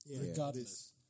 regardless